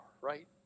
right